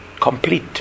Complete